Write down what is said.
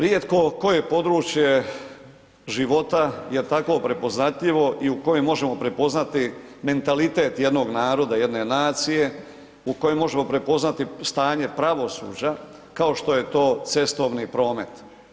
Rijetko koje područje života je tako prepoznatljivo i u kojem možemo prepoznati mentalitet jednog naroda, jedne nacije, u kojem možemo prepoznati stanje pravosuđa kao što je to cestovni promet.